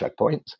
checkpoints